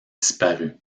disparu